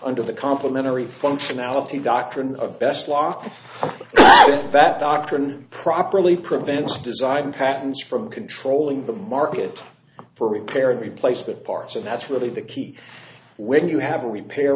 under the complimentary functionality doctrine of best lock that doctrine properly prevents design patents from controlling the market for repaired replaced parts and that's really the key when you have a repair